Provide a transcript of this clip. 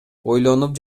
ойлонуп